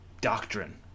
doctrine